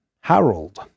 Harold